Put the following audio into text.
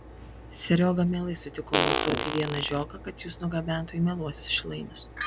serioga mielai sutiko mums duoti vieną žiogą kad jus nugabentų į mieluosius šilainius